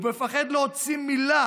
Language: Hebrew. הוא מפחד להוציא מילה